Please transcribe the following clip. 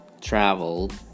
traveled